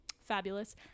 Fabulous